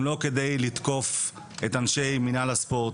לא כדי לתקוף את אנשי מינהל הספורט,